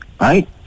Right